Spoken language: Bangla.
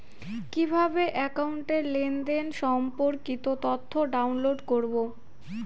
কিভাবে একাউন্টের লেনদেন সম্পর্কিত তথ্য ডাউনলোড করবো?